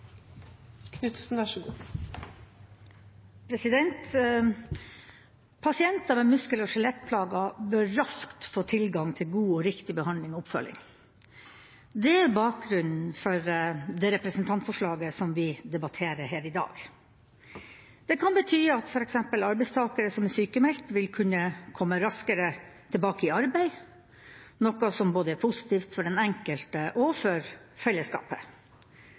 med muskel- og skjelettplager bør raskt få tilgang til god og riktig behandling og oppfølging. Det er bakgrunnen for det representantforslaget som vi debatterer her i dag. Det kan bety at f.eks. arbeidstakere som er sykemeldt, vil kunne komme raskere tilbake i arbeid, noe som både er positivt for den enkelte og for fellesskapet.